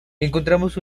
encontramos